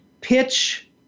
pitch